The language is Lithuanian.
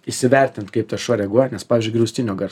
įsivertint kaip tas šuo reaguoja nes pavyzdžiui griaustinio garsas